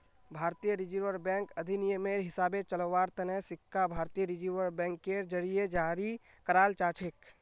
भारतीय reserve bank अधिनियमेर हिसाबे चलव्वार तने सिक्का भारतीय रिजर्व बैंकेर जरीए जारी कराल जाछेक